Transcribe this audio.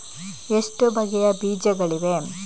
ಎಷ್ಟು ಬಗೆಯ ಬೀಜಗಳಿವೆ?